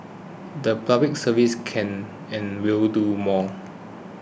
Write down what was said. the Public Service can and will do more